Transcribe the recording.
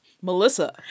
Melissa